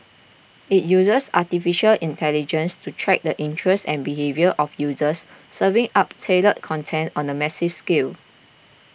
it uses Artificial Intelligence to track the interests and behaviour of users serving up tailored content on a massive scale